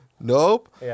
nope